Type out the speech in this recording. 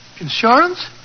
Insurance